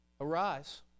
arise